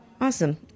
Awesome